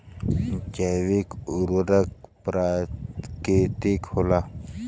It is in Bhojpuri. जैविक उर्वरक प्राकृतिक होला